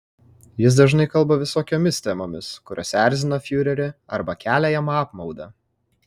jis dažnai kalba visokiomis temomis kurios erzina fiurerį arba kelia jam apmaudą